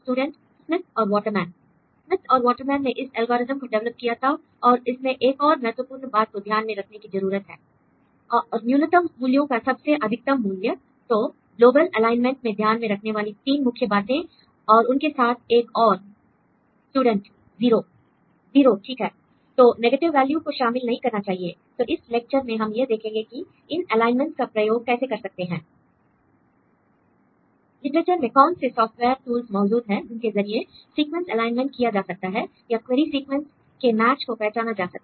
student Smith और Waterman Smith और Waterman ने इस एल्गोरिदम को डेवलप किया था और इसमें एक और महत्वपूर्ण बात को ध्यान में रखने की जरूरत है l स्टूडेंट और न्यूनतम मूल्यों का सबसे अधिकतम मूल्य तो ग्लोबल एलाइनमेंट में ध्यान में रखने वाले तीन मुख्य बातें और उनके साथ एक और स्टूडेंट 0 0 ठीक है तो नेगेटिव वैल्यू को शामिल नहीं करना चाहिए l तो इस लेक्चर में हम यह देखेंगे कि इन एलाइनमेंटस का प्रयोग कैसे कर सकते हैं l लिटरेचर में कौन से सॉफ्टवेयर टूल्स मौजूद हैं जिनके जरिए सीक्वेंस एलाइनमेंट किया जा सकता है या क्वेरी सीक्वेंस के मैच को पहचाना जा सकता है